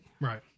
Right